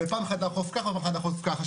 ופעם אחת לאכוף כך ופעם אחת לאכוף כך,